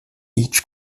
each